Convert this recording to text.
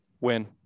Win